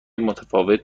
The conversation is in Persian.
متفاوت